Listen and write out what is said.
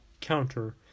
counter